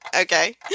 okay